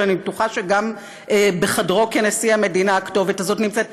אבל אני בטוחה שגם בחדרו כנשיא המדינה הכתובת הזאת נמצאת.